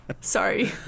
sorry